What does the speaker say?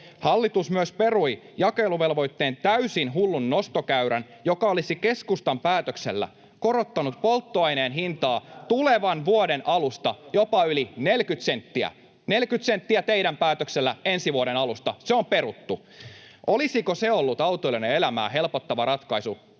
Hallitus perui jakeluvelvoitteen täysin hullun nostokäyrän, joka olisi keskustan päätöksellä korottanut polttoaineen hintaa tulevan vuoden alusta jopa yli 40 senttiä — 40 senttiä teidän päätöksellä ensi vuoden alusta. Se on peruttu. Olisiko se ollut autoilijoiden elämää helpottava ratkaisu,